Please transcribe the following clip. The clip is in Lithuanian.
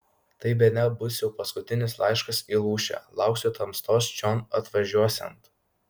tai bene bus jau paskutinis laiškas į lūšę lauksiu tamstos čion atvažiuosiant